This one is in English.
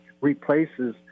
replaces